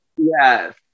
Yes